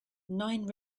nine